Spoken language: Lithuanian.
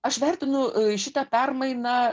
aš vertinu šitą permainą